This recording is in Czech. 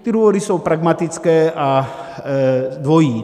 Ty důvody jsou pragmatické a dvojí.